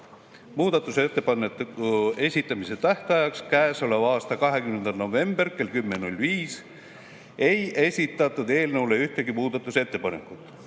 Muudatusettepanekute esitamise tähtajaks, käesoleva aasta 20. novembril kella 10.05‑ks ei esitatud eelnõu kohta ühtegi muudatusettepanekut.